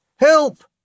Help